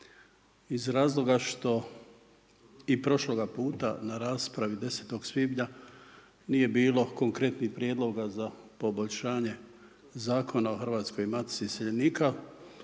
iz razloga što i prošloga puta na raspravi 10. svibnja nije bilo konkretnih prijedloga za poboljšanje Zakona o Hrvatskoj matici iseljenika